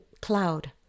cloud